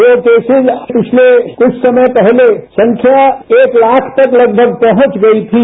जो केसिस पिछले कुछ समय पहले संख्या एक लाख तक लगभग पहुंच गई थी